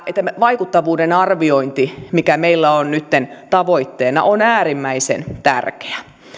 vaikuttavuuden arviointi mikä meillä on nytten tavoitteena on äärimmäisen tärkeä